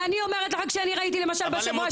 ואני אומרת לך כשאני ראיתי למשל בשבוע